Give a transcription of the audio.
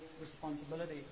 responsibility